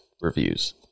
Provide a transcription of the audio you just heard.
reviews